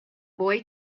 boy